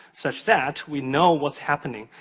such that we know what's happening,